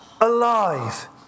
alive